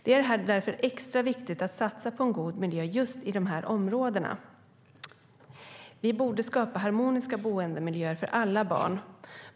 Det är därför extra viktigt att satsa på en god miljö just i dessa områden. Vi borde skapa harmoniska boendemiljöer för alla barn.